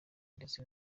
ndetse